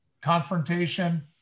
confrontation